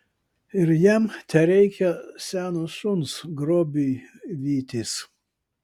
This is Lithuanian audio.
ir jam tereikia seno šuns grobiui vytis